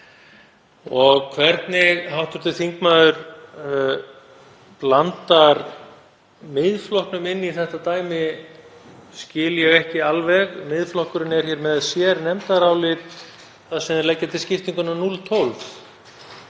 Hvernig hv. þingmaður blandar Miðflokknum inn í þetta dæmi skil ég ekki alveg. Miðflokkurinn er með sérnefndarálit þar sem þeir leggja til skiptinguna núll,